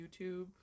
YouTube